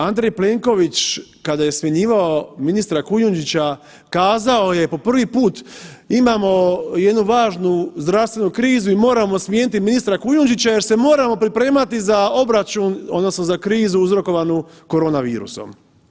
Andrej Plenković kada je smjenjivao ministra Kujundžića kazao je po prvi put imamo jednu važnu zdravstvenu krizu i moramo smijeniti ministra Kujundžića jer se moramo pripremati za obračun odnosno za krizu uzrokovanu korona virusom.